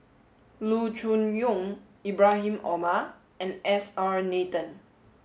Loo Choon Yong Ibrahim Omar and S R Nathan